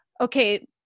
okay